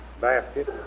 basket